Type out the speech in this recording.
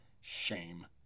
Shame